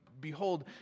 behold